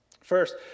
First